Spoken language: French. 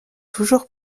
toujours